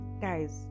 guys